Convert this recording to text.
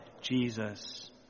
Jesus